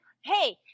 Hey